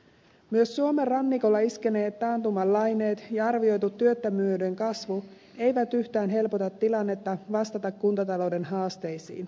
myöskään suomen rannikolle iskeneet taantuman laineet ja arvioitu työttömyyden kasvu eivät yhtään helpota tilannetta kuntatalouden haasteisiin vastaamisessa